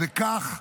וכך,